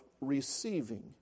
receiving